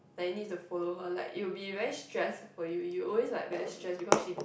then you will need to follow her like you will be very stress for you you always like very stress because she